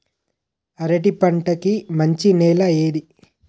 అరటి పంట కి మంచి నెల ఏది?